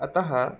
अतः